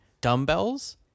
dumbbells